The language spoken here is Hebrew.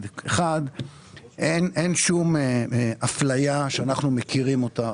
אין שום הפליה שאנחנו מכירים אותה,